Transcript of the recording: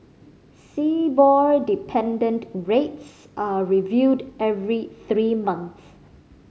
Sibor dependent rates are reviewed every three months